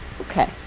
Okay